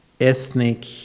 ethnic